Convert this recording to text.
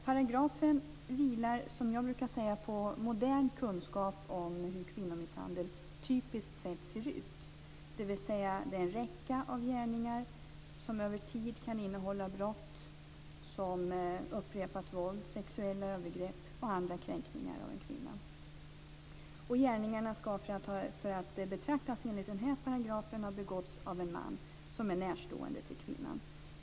Paragrafen vilar, som jag brukar säga, på modern kunskap om hur kvinnomisshandel typiskt sett ser ut. Det är en räcka av gärningar som över tid kan innehålla brott som upprepat våld, sexuella övergrepp och andra kränkningar av en kvinna. Gärningarna skall för att beaktas enligt den här paragrafen ha begåtts av en man som är närstående till kvinnan.